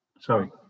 Sorry